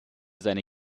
seine